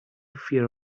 fear